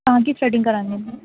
کہاں کی تھریڈنگ کرانی ہے